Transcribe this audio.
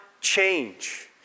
change